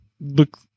look